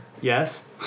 Yes